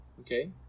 Okay